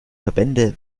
verbände